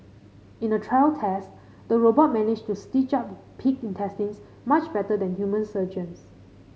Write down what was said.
in a trial test the robot managed to stitch up pig intestines much better than human surgeons